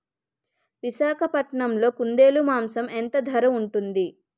విశాఖపట్నంలో కుందేలు మాంసం ఎంత ధర ఉంటుంది?